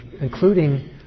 including